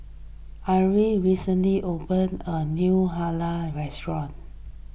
Arlie recently opened a new Lala restaurant